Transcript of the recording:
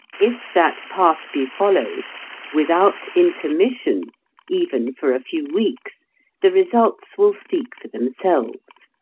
if that path be followed without intermission even for a few weeks the results will speak for themselves.